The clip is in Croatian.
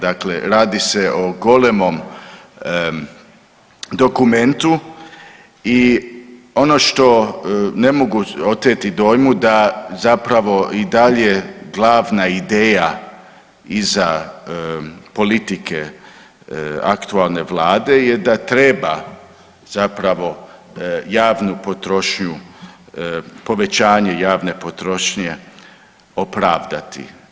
Dakle, radi se o golemom dokumentu i ono što ne mogu oteti dojmu da zapravo i dalje glavna ideja iza politike aktualne vlade je da treba zapravo javnu potrošnju, povećanje javne potrošnje opravdati.